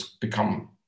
become